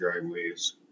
driveways